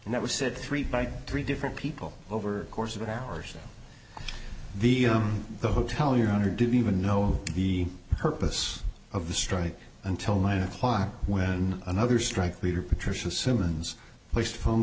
and that was said three by three different people over the course of hours the the hotel your honor didn't even know the purpose of the strike until nine o'clock when another strike leader patricia simmons placed a phone